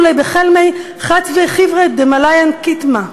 חצבי חיורי דמליין קטמא: